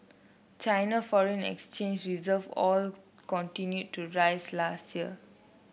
China foreign exchange reserve all continued to rise last year